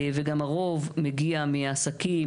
וגם הרוב מגיע מעסקים,